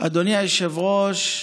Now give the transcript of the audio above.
אדוני היושב-ראש,